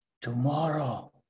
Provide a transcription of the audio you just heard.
tomorrow